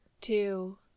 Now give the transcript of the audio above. two